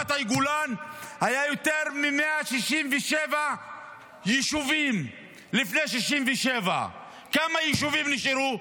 ברמת הגולן היו יותר מ-67 יישובים לפני 1967. כמה יישובים נשארו?